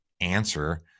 answer